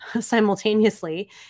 simultaneously